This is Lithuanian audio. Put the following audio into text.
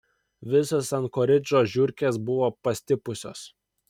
visos ankoridžo žiurkės buvo pastipusios